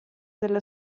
della